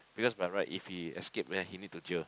because by right if he escape then he need to jail